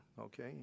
okay